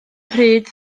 pryd